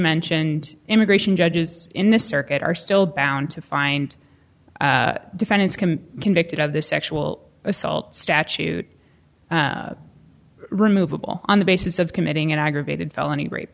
mentioned immigration judges in the circuit are still bound to find defendants convicted of the sexual assault statute removable on the basis of committing an aggravated felony rape